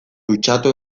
dutxatu